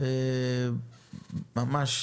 ממש,